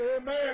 Amen